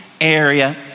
area